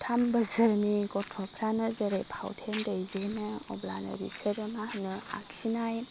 थाम बोसोरनि गथ'फ्रानो जेरै पावटेन दैदेनो अब्लानो बिसोरो मा होनो आखिनाय